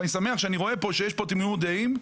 אני שמח שיש פה תמימות דעים,